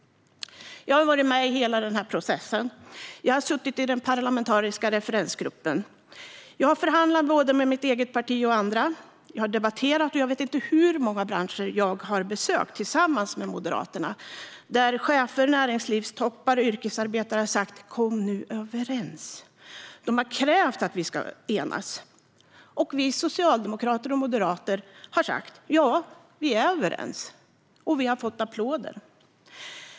Jag har varit med i hela processen. Jag har suttit med i den parlamentariska referensgruppen. Jag har förhandlat både med mitt eget parti och med andra. Jag har debatterat, och jag vet inte hur många branscher jag har besökt tillsammans med Moderaterna, där chefer, näringslivstoppar och yrkesarbetare har sagt: Kom överens nu! De har krävt att vi ska enas. Vi socialdemokrater och moderater har sagt: Ja, vi är överens! Och vi har fått applåder.